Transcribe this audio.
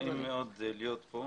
נעים מאוד להיות כאן.